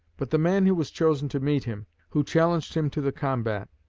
but the man who was chosen to meet him, who challenged him to the combat,